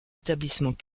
établissements